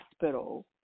hospital